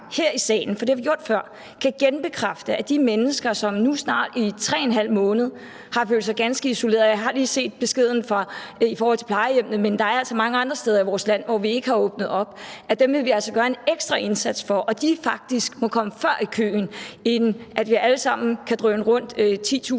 her i salen, for det har vi gjort før, kan genbekræfte, at vi vil gøre en ekstra indsats for de mennesker, som nu snart i 3½ måned har følt sig ganske isoleret – og jeg har lige set beskeden i forhold til vores plejehjem, men der er altså mange andre steder i vores land, hvor vi ikke har åbnet op – sådan at de faktisk må komme foran i køen, frem for at vi alle sammen kan drøne rundt 10.000